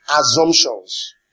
assumptions